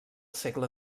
segle